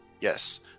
Yes